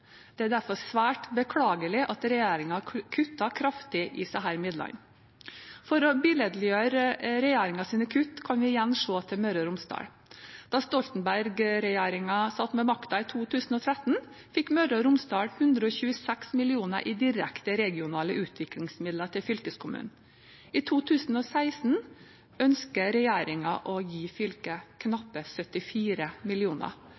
Det er derfor svært beklagelig at regjeringen har kuttet kraftig i disse midlene. For å billedliggjøre regjeringens kutt kan vi igjen se til Møre og Romsdal. Da Stoltenberg-regjeringen satt med makten i 2013, fikk Møre og Romsdal 126 mill. kr i direkte regionale utviklingsmidler til fylkeskommunen. I 2016 ønsker regjeringen å gi fylket knapt 74